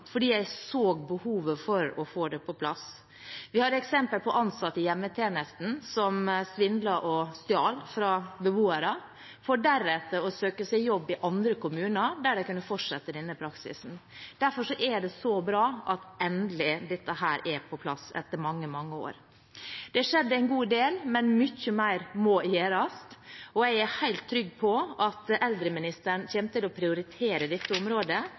fordi jeg så behovet for å få det på plass. Vi har eksempler på at ansatte i hjemmetjenesten svindlet og stjal fra beboere for deretter å søke seg jobb i andre kommuner, der de kunne fortsette denne praksisen. Derfor er det så bra at dette etter mange, mange år endelig er på plass. Det har skjedd en god del, men mye mer må gjøres. Jeg er helt trygg på at eldreministeren kommer til å prioritere dette området.